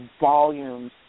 volumes